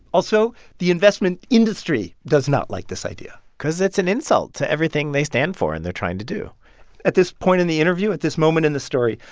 also, the investment industry does not like this idea because it's an insult to everything they stand for and they're trying to do at this point in the interview at this moment in the story,